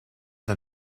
del